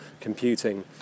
computing